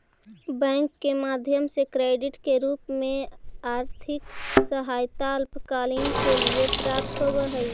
bank के माध्यम से क्रेडिट के रूप में आर्थिक सहायता अल्पकाल के लिए प्राप्त होवऽ हई